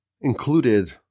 included